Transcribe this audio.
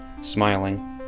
smiling